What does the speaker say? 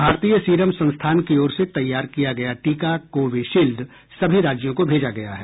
भारतीय सीरम संस्थान की ओर से तैयार किया गया टीका कोविशील्ड सभी राज्यों को भेजा गया है